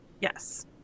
Yes